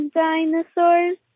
dinosaurs